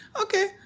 okay